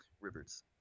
Rivers